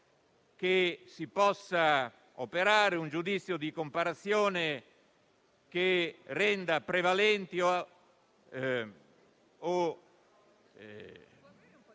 che si possa operare un giudizio di comparazione che renda prevalenti o